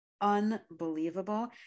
unbelievable